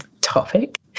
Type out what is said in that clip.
topic